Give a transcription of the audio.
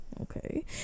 Okay